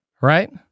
right